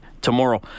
tomorrow